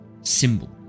symbol